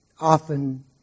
often